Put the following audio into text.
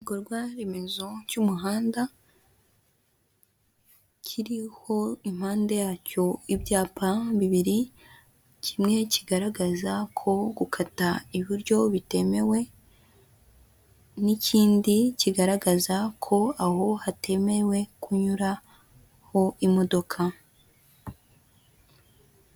Ibikorwa remezo cy'umuhanda kiriho impande yacyo ibyapa bibiri, kimwe kigaragaza ko gukata iburyo bitemewe n'ikindi kigaragaza ko aho hatemewe kunyuraho imodoka.